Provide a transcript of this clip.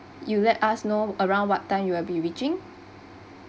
you let us know around what time you will be reaching